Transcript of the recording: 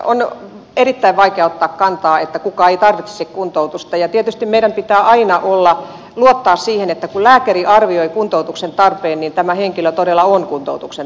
on erittäin vaikea ottaa kantaa siihen kuka ei tarvitsisi kuntoutusta ja tietysti meidän pitää aina luottaa siihen että kun lääkäri arvioi kuntoutuksen tarpeen niin tämä henkilö todella on kuntoutuksen tarpeessa